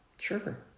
Sure